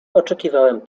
oczekiwałem